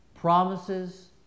promises